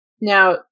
Now